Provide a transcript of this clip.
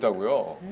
so wrong.